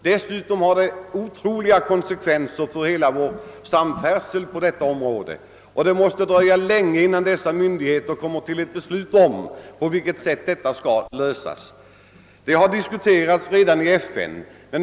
Dessutom skulle de få otroliga konsekvenser för hela vår samfärdsel på detta område, och det måste dröja länge innan myndigheterna kan nå fram till ett beslut om på vilket sätt det hela skall ordnas. Problemet har redan diskuterats i FN.